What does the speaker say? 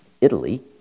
Italy